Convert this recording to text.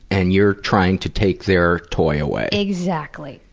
and you're trying to take their toy away. exactly.